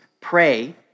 pray